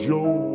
Joe